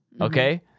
okay